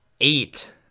eight